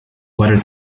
wetter